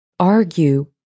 Argue